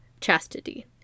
Chastity